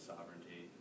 sovereignty